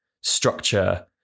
structure